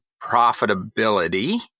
profitability